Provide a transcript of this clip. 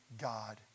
God